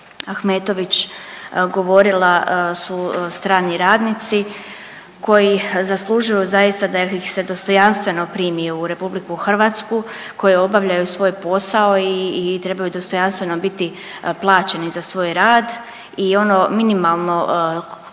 Ahmetović govorila su strani radnici koji zaslužuju zaista da ih se dostojanstveno primi u RH, koji obavljaju svoj posao i trebaju dostojanstveno biti plaćeni za svoj rad i ono minimalno što im